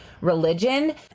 religion